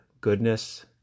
goodness